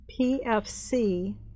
PFC